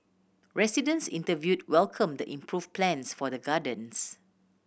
residents interviewed welcomed the improved plans for the gardens